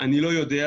אני לא יודע,